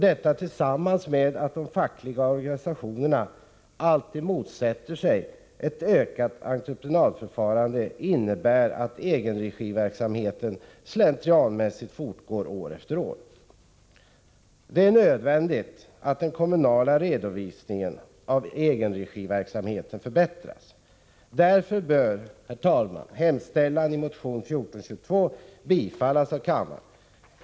Detta tillsammans med att de fackliga organisationerna alltid motsätter sig ett ökat entreprenadförfarande innebär att egenregiverksamheten slentrianmässigt fortgår år efter år. Det är nödvändigt att den kommunala redovisningen av egenregiverksamheten förbättras. Därför bör, herr talman, motion 1422 bifallas av kammaren.